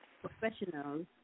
professionals